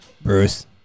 Bruce